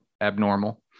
abnormal